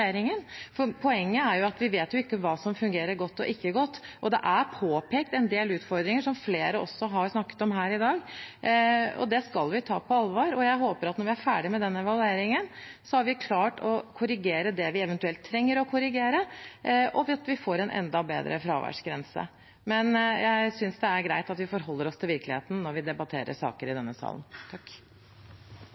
for poenget er at vi ikke vet hva som fungerer godt og ikke godt. Det er påpekt en del utfordringer, som også flere har snakket om her i dag, og det skal vi ta på alvor. Jeg håper at når vi er ferdig med den evalueringen, har vi klart å korrigere det vi eventuelt trenger å korrigere, og med det fått en enda bedre fraværsgrense. Men jeg synes det er greit at vi forholder oss til virkeligheten når vi debatterer saker i denne salen.